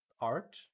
art